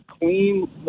clean